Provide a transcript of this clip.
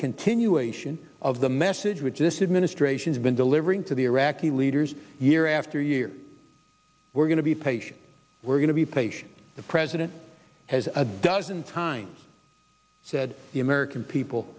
continuation of the message which this administration has been delivering to the iraqi leaders year after year we're going to be patient we're going to be patient the president has a dozen times said the american people